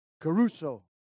Caruso